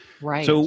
Right